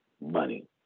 money